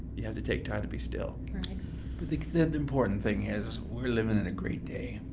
you have to take time to be still. but the important thing is, we're living in a great day.